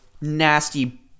nasty